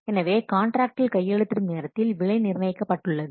எனவே காண்ட்ராக்டில் கையெழுத்திடும் நேரத்தில் விலை நிர்ணயிக்கப்பட்டுள்ளது